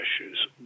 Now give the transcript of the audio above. issues